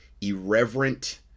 irreverent